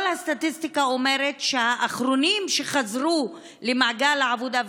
כל הסטטיסטיקה אומרת שהאחרונים שחזרו למעגל העבודה,